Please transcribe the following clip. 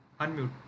unmute